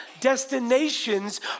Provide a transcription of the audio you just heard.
destinations